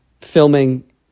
filming